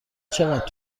چقدر